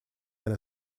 and